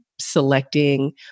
Selecting